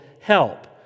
help